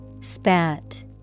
Spat